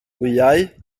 wyau